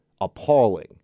appalling